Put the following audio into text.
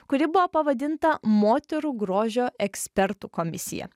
kuri buvo pavadinta moterų grožio ekspertų komisija